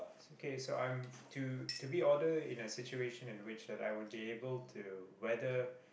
it's okay so I've to to be order in a situation and which I would be able to whether